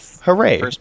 hooray